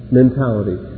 mentality